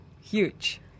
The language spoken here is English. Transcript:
huge